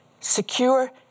secure